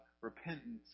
repentance